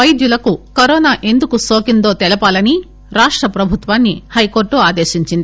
వైద్యులకు కరోనా ఎందుకు నోకిందో తెలపాలని రాష్ట ప్రభుత్వాన్ని హైకోర్టు ఆదేశించింది